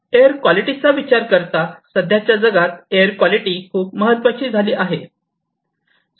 air quality चा विचार करता सध्याच्या जगात एअर कॉलिटी खूप महत्त्वाचे झाली आहे